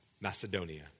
Macedonia